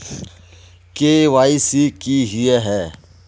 KYC की हिये है?